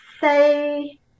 say